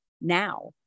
now